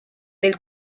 del